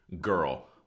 girl